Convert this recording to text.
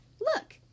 Look